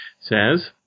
says